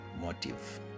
motive